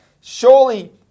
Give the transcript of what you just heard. Surely